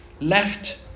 left